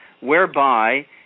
whereby